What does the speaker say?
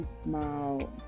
smile